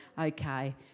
Okay